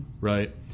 Right